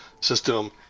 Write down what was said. system